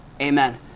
Amen